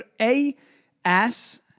A-S